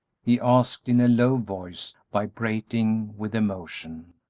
he asked, in a low voice vibrating with emotion.